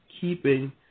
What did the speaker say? keeping